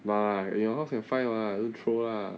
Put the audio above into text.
but to be honest can find what don't throw lah